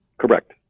Correct